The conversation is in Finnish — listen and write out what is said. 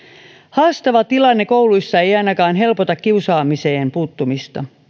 haastava tilanne kouluissa ei ainakaan helpota kiusaamiseen puuttumista